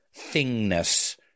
thingness